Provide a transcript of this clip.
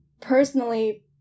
personally